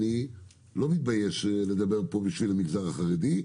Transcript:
אני לא מתבייש לדבר פה בשביל המגזר החרדי,